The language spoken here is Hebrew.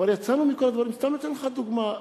סתם נותן לך דוגמה.